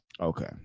Okay